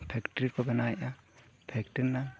ᱯᱷᱮᱠᱴᱤᱠ ᱵᱮᱱᱟᱣᱮᱜᱼᱟ ᱯᱷᱮᱠᱴᱤ ᱨᱮᱱᱟᱜ